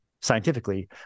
scientifically